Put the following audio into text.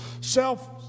self